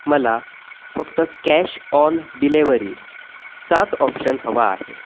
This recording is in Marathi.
मला फक्त कॅश ऑन डिलिव्हरीचाच ऑप्शन हवा आहे